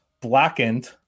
blackened